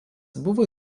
buvo